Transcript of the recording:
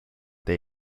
they